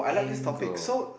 and go